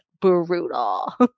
brutal